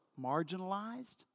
marginalized